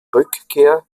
rückkehr